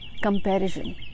comparison